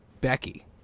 Becky